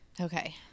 Okay